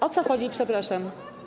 O co chodzi, przepraszam?